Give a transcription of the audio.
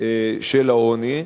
של העוני,